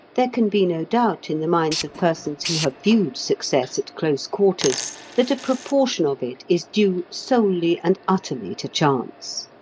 there can be no doubt in the minds of persons who have viewed success at close quarters that a proportion of it is due solely and utterly to chance.